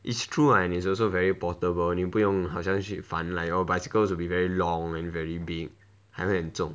it's true ah and it's also very portable 你不用好像去烦 like oh bicycles will be very long and very big 还会很重